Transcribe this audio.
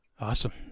Awesome